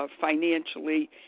financially